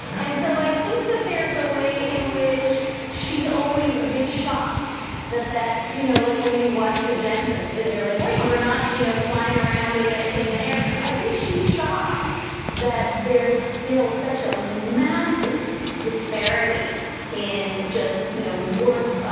and so i think that there's a way in which she's always a bit shocked that that, you know, like when you watch the jetsons, then you're like, wait, we're not, you know, flying around in there. i think she's shocked that there's still such a massive disparity in just, you know, work